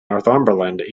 northumberland